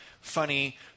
funny